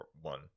one